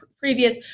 previous